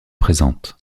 présente